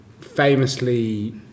famously